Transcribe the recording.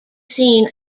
seen